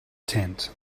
tent